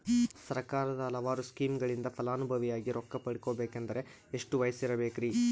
ಸರ್ಕಾರದ ಹಲವಾರು ಸ್ಕೇಮುಗಳಿಂದ ಫಲಾನುಭವಿಯಾಗಿ ರೊಕ್ಕ ಪಡಕೊಬೇಕಂದರೆ ಎಷ್ಟು ವಯಸ್ಸಿರಬೇಕ್ರಿ?